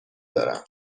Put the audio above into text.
دارم